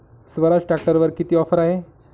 स्वराज ट्रॅक्टरवर किती ऑफर आहे?